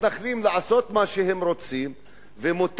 למתנחלים מותר לעשות מה שהם רוצים ואפילו